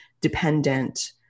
dependent